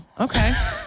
Okay